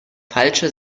falsche